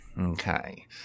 Okay